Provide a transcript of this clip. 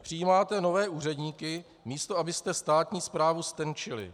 Přijímáte nové úředníky, místo abyste státní správu ztenčili.